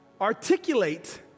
articulate